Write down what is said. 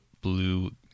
blue